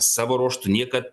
savo ruožtu niekad